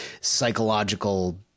psychological